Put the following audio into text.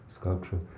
sculpture